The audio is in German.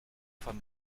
von